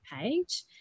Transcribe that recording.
page